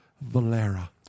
Valera